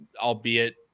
albeit